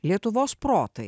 lietuvos protai